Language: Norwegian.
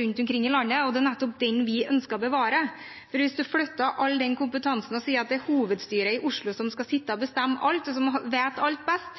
rundt omkring i landet, og det er nettopp den vi ønsker å bevare. Hvis man flytter all den kompetansen og sier at det er hovedstyret i Oslo som skal sitte og bestemme alt, og som vet alt best,